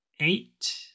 eight